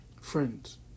friends